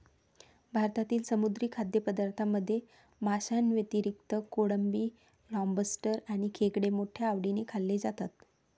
भारतातील समुद्री खाद्यपदार्थांमध्ये माशांव्यतिरिक्त कोळंबी, लॉबस्टर आणि खेकडे मोठ्या आवडीने खाल्ले जातात